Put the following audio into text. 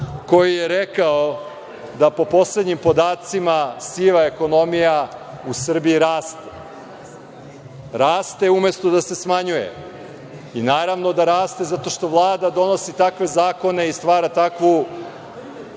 koji je rekao da po poslednjim podacima siva ekonomija u Srbiji raste, raste umesto da se smanjuje. Naravno da raste zato što Vlada donosi takve zakone i stvara takvu